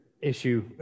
issue